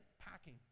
packing